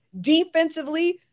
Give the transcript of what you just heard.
Defensively